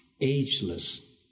ageless